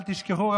ואל תשכחו,